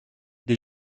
des